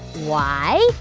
why?